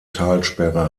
talsperre